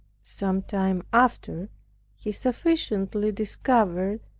some time after he sufficiently discovered,